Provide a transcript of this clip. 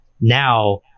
Now